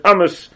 Amos